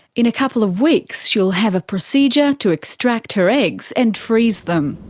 in a couple of weeks, she'll have a procedure to extract her eggs and freeze them.